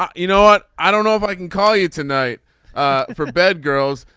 um you know what. i don't know if i can call you tonight for bed girls.